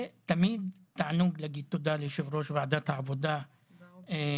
ותמיד תענוג להגיד תודה ליושב ראש ועדת העבודה הזאת,